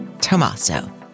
Tommaso